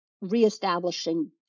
reestablishing